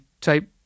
type